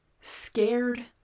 scared